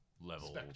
level